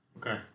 Okay